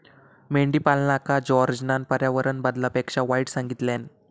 मेंढीपालनका जॉर्जना पर्यावरण बदलापेक्षा वाईट सांगितल्यान